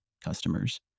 customers